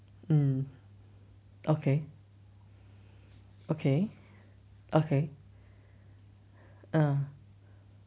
um okay okay okay err